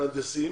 מהנדסים.